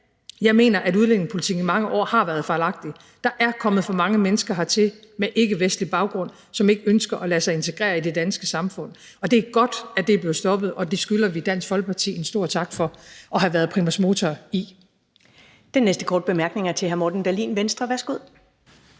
jeg mener, at udlændingepolitikken i mange år har været fejlagtig. Der er kommet for mange mennesker hertil med ikkevestlig baggrund, som ikke ønsker at lade sig integrere i det danske samfund, og det er godt, at det er blevet stoppet, og det skylder vi Dansk Folkeparti en stor tak for at have været primus motor i. Kl. 10:17 Første næstformand (Karen Ellemann): Den næste korte bemærkning er til hr. Morten Dahlin, Venstre. Værsgo.